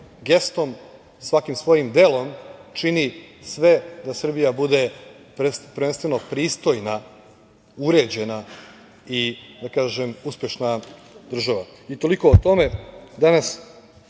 gestom, svakim svojim delom, čini sve da Srbija bude prvenstveno pristojna, uređena i da kažem uspešna država. Toliko o tome. Danas,